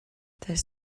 does